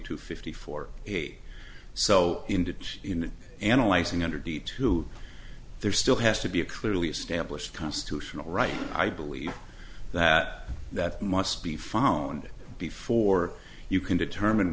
two fifty four eight so indeed in analyzing under d to there still has to be a clearly established constitutional right i believe that that must be found before you can determine